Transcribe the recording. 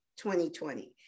2020